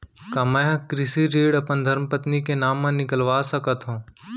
का मैं ह कृषि ऋण अपन धर्मपत्नी के नाम मा निकलवा सकथो?